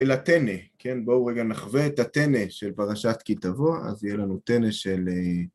לטנא, כן? בואו רגע נחווה את הטנא של פרשת כי תבוא, אז יהיה לנו טנא של..